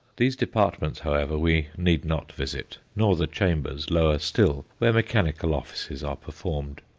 these departments, however, we need not visit, nor the chambers, lower still, where mechanical offices are performed.